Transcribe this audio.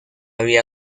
vida